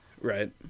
right